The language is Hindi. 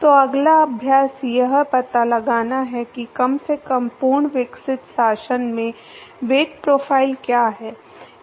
तो अगला अभ्यास यह पता लगाना है कि कम से कम पूर्ण विकसित शासन में वेग प्रोफ़ाइल क्या है